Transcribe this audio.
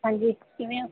ਹਾਂਜੀ ਕਿਵੇਂ ਹੋ